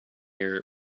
air